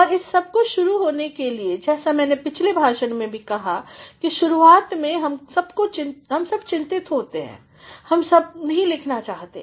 और इस सबको शुरू होने के लिए जैसा मैंने पिछले भाषण में कहा कि शुरुआत में हम सब चिंतित होते हैं हम सब नहीं लिखना चाहते